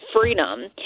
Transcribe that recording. Freedom